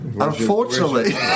Unfortunately